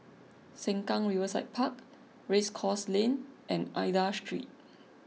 Sengkang Riverside Park Race Course Lane and Aida Street